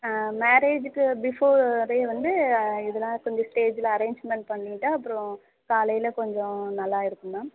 மேரேஜுக்கு பிஃபோரே வந்து இதுலாம் கொஞ்சம் ஸ்டேஜில் அரேஞ்ச்மெண்ட் பண்ணிட்டால் அப்புறோம் காலையில் கொஞ்சம் நல்லா இருக்கும் மேம்